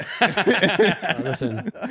listen